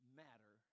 matter